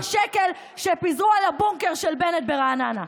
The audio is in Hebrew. השקלים שפיזרו על הבונקר של בנט ברעננה.